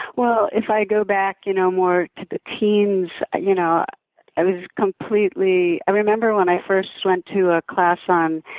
well, if i go back you know more to the teens, you know i was completely, i remember when i first went to a class on